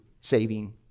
saving